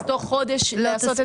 אז בתוך חודש אנחנו לא נספיק.